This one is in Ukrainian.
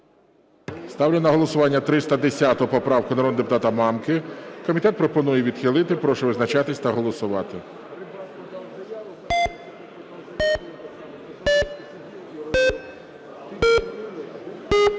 Ставлю на голосування 310 поправку народного депутата Мамки. Комітет пропонує відхилити. Прошу визначатися та голосувати.